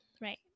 right